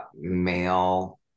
male